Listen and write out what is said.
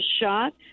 shot